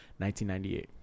1998